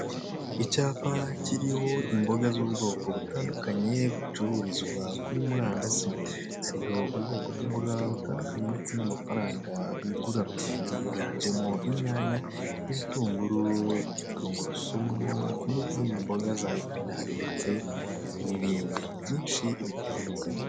Icyapa kiriho imboga z'ubwoko butandukanye bucururizwa kuri murandasi hariho ubwoko bw'imboga butandukanye ndetse n'amafaranga bigura higanjemo inyanya, ibitunguru, tungurusumu n'izindi mboga za epinari ndetse n'ibindi byinshi bitandukanye.